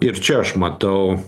ir čia aš matau